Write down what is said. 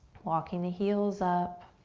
walking the heels up.